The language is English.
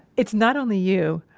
it's not only you,